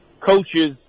coaches